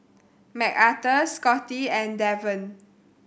Macarthur Scotty and Deven